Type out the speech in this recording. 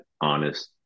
honest